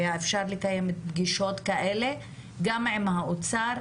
היה אפשר לקיים פגישות כאלה גם עם האוצר.